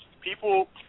People